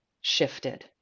shifted